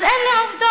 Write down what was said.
אז אלו העובדות.